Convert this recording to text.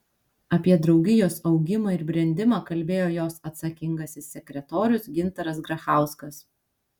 apie draugijos augimą ir brendimą kalbėjo jos atsakingasis sekretorius gintaras grachauskas